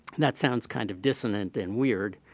that sounds kind of dissonant and weird,